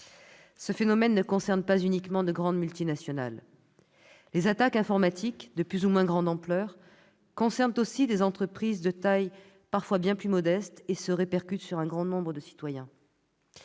Ce phénomène ne concerne pas uniquement de grandes multinationales. Les attaques informatiques, de plus ou moins grande ampleur, concernent aussi des entreprises de taille parfois bien plus modestes et se répercutent sur un grand nombre de citoyens.